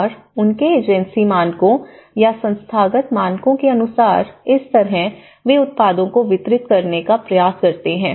और उनके एजेंसी मानकों या संस्थागत मानकों के अनुसार इस तरह वे उत्पादों को वितरित करने का प्रयास करते हैं